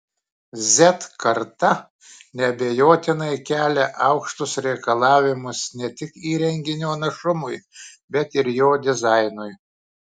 z karta neabejotinai kelia aukštus reikalavimus ne tik įrenginio našumui bet ir jo dizainui